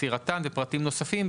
מסירתן ופרטים נוספים.